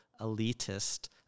elitist